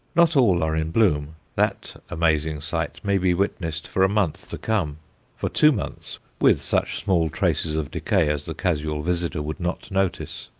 not all are in bloom that amazing sight may be witnessed for a month to come for two months, with such small traces of decay as the casual visitor would not notice.